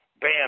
bam